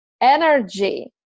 energy